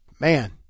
man